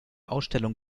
ausstellung